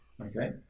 Okay